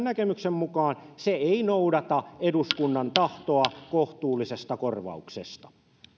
näkemyksen mukaan se ei noudata eduskunnan tahtoa kohtuullisesta korvauksesta